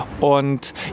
Und